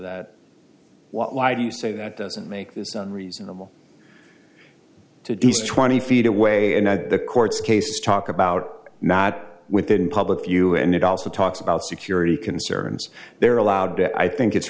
what why do you say that doesn't make this isn't reasonable to d c twenty feet away and the court's cases talk about not within public view and it also talks about security concerns they're allowed to i think it's